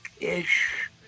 ish